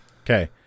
Okay